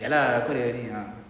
ya lah aku ada ni ah